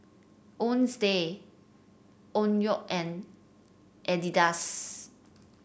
Owns day Onkyo and Adidas